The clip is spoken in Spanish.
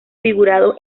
figurado